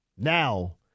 Now